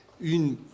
une